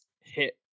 hit